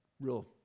real